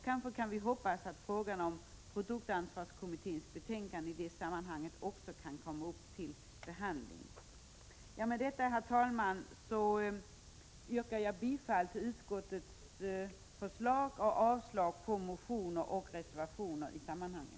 Kanske kan vi hoppas att produktansvarskommitténs betänkande också kan komma upp till behandling i det sammanhanget. Med detta, herr talman, yrkar jag bifall till utskottets förslag och avslag på motionerna och reservationerna i ärendet.